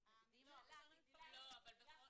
--- גם אם כן